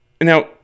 Now